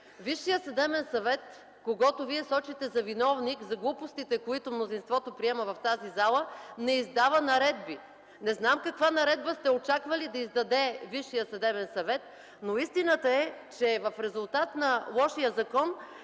Висшият съдебен съвет, когото вие сочите за виновник за глупостите, които мнозинството приема в тази зала, не издава наредби. Не знам каква наредба сте очаквали да издаде Висшият съдебен съвет, но истината е, че в резултат на лошия закон